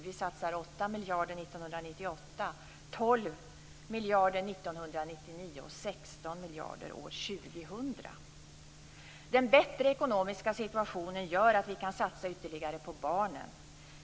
Vi satsar 8 miljarder år 1998, 12 Den bättre ekonomiska situationen gör att vi kan satsa ytterligare på barnen.